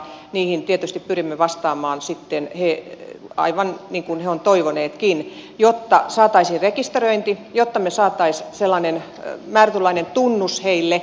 niihin tietysti pyrimme vastaamaan sitten aivan niin kuin he ovat toivoneetkin jotta saataisiin rekisteröinti jotta saataisiin sellainen määrätynlainen tunnus heille